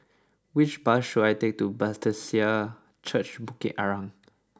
which bus should I take to Bethesda Church Bukit Arang